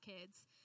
kids